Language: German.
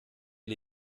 wir